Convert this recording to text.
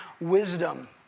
wisdom